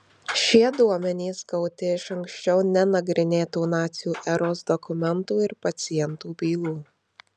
šie duomenys gauti iš anksčiau nenagrinėtų nacių eros dokumentų ir pacientų bylų